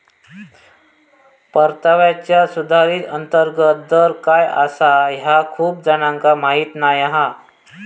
परताव्याचा सुधारित अंतर्गत दर काय आसा ह्या खूप जणांका माहीत नाय हा